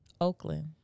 Oakland